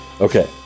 Okay